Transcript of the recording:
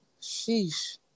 Sheesh